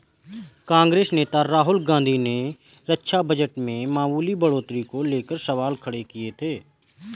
कांग्रेस नेता राहुल गांधी ने रक्षा बजट में मामूली बढ़ोतरी को लेकर सवाल खड़े किए थे